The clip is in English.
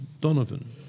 Donovan